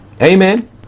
Amen